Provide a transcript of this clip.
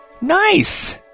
Nice